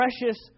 precious